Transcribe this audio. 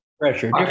pressure